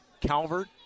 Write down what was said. Calvert